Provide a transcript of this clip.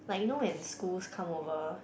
like you know when schools come over